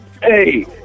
Hey